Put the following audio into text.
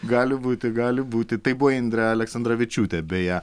gali būti gali būti tai buvo indrė aleksandravičiūtė beje